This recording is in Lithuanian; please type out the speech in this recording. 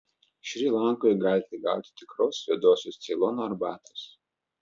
šri lankoje galite gauti tikros juodosios ceilono arbatos